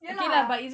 ya lah